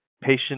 patient